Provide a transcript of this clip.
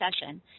session